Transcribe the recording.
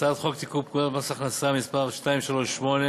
הצעת חוק לתיקון פקודת מס הכנסה (מס' 238)